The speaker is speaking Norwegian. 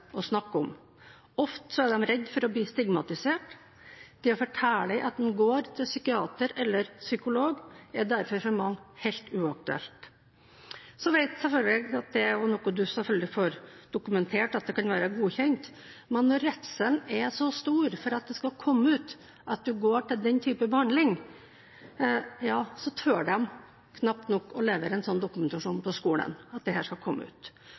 snakke om. Ofte er de redde for å bli stigmatisert. Det å fortelle at man går til psykiater eller psykolog, er derfor for mange helt uaktuelt. Så vet jeg at det selvfølgelig er noe du kan få dokumentert, at det kan være godkjent, men redselen er så stor for at det skal komme ut at man går til den typen behandling, at de knapt nok tør å levere en sånn dokumentasjon på skolen. Husk på at